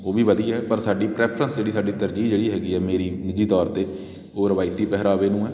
ਉਹ ਵੀ ਵਧੀਆ ਪਰ ਸਾਡੀ ਪ੍ਰੈਫਰੈਂਸ ਜਿਹੜੀ ਸਾਡੀ ਤਰਜੀਹ ਜਿਹੜੀ ਹੈਗੀ ਹੈ ਮੇਰੀ ਨਿੱਜੀ ਤੌਰ 'ਤੇ ਉਹ ਰਵਾਇਤੀ ਪਹਿਰਾਵੇ ਨੂੰ ਆ